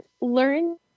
Learn